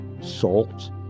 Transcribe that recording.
salt